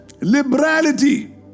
liberality